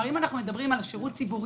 אם אנחנו מדברים על שירות ציבורי,